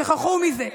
שכחו מזה.